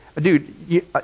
dude